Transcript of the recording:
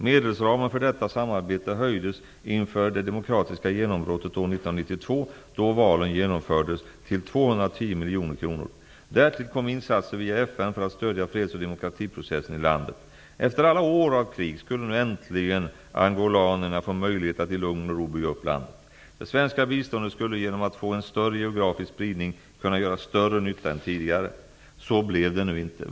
Medelsramen för detta samarbete höjdes inför det demokratiska genombrottet år 1992, då valen genomfördes, till 210 miljoner kronor. Därtill kom insatsr via FN för att stödja freds och demokratiprocessen i landet. Efter alla år av krig skulle nu äntligen angolanerna få möjlighet att i lugn och ro bygga upp landet. Det svenska biståndet skulle genom att få en större geografisk spridning kunna göra större nytta än tidigare. Så blev det nu inte.